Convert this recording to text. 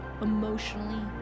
emotionally